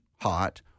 hot